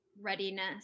readiness